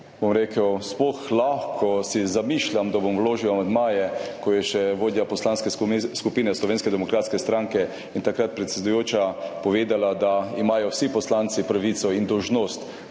[kako] si sploh lahko zamišljam, da bom vložil amandmaje. Kot je še vodja Poslanske skupine Slovenske demokratske stranke in takrat predsedujoča povedala, imajo vsi poslanci pravico in dolžnost